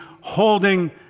holding